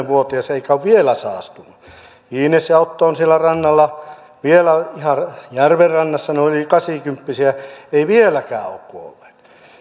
vuotias eikä ole vielä saastunut iines ja otto ovat siellä rannalla vielä ihan järven rannassa ne ovat yli kasikymppisiä eivät vieläkään ole kuolleet